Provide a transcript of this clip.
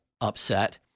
upset